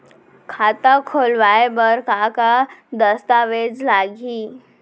खाता खोलवाय बर का का दस्तावेज लागही?